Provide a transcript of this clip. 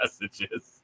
messages